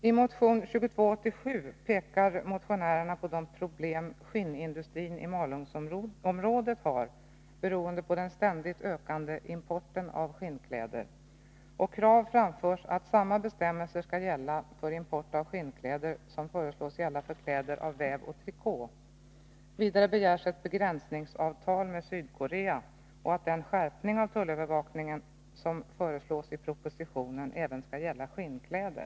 I motion 2287 pekar motionärerna på de problem skinnindustrin i Malungsområdet har, beroende på den ständigt ökande importen av skinnkläder, och krav framförs att samma bestämmelser skall gälla för import av skinnkläder som föreslås gälla för kläder av väv och trikå. Vidare begärs att ett begränsningsavtal skall slutas med Sydkorea och att den skärpning av tullövervakningen som föreslås i propositionen även skall gälla skinnkläder.